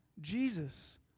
Jesus